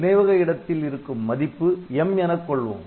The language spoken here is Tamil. நினைவக இடத்தில் இருக்கும் மதிப்பு M எனக் கொள்வோம்